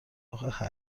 آخه